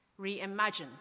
Reimagine